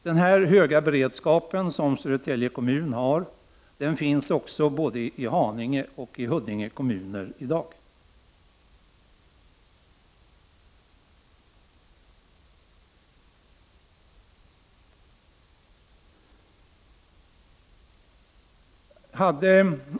Den höga beredskap som Södertälje kommun har finns också i både Haninge och Huddinge kommuner i dag.